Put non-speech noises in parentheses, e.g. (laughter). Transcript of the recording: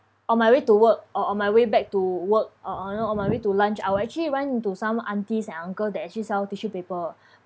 on my way to work or on my way back to work or or you know on my way to lunch I will actually run into some aunties and uncle that actually sell tissue paper (breath)